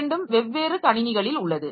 இரண்டும் வெவ்வேறு கணினிகளில் உள்ளது